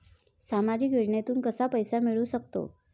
सामाजिक योजनेतून कसा पैसा मिळू सकतो?